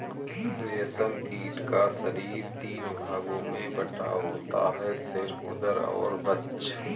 रेशम कीट का शरीर तीन भागों में बटा होता है सिर, उदर और वक्ष